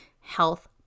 health